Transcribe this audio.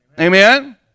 Amen